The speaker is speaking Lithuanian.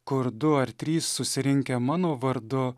kur du ar trys susirinkę mano vardu